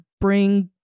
bring